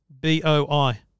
B-O-I